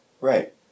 Right